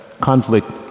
conflict